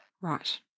Right